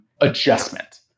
adjustment